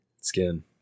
Skin